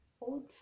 old